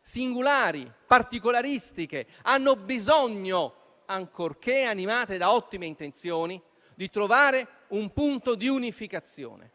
singolari e particolaristiche; esse hanno bisogno, ancorché animate da ottime intenzioni, di trovare un punto di unificazione.